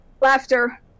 laughter